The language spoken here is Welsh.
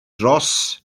dros